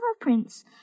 prince